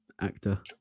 actor